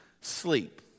sleep